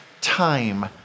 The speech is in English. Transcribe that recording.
time